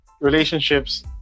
relationships